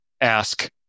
ask